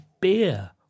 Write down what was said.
beer